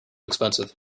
expensive